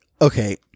Okay